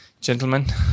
gentlemen